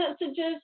messages